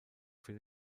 für